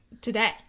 today